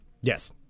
Yes